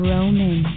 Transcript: Roman